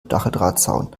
stacheldrahtzaun